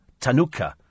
Tanuka